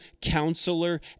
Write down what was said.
counselor